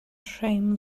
shame